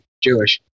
Jewish